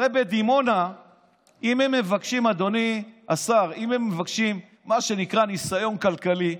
הרי אם הם מבקשים, אדוני השר, ניסיון כלכלי,